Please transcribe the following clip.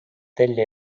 tellija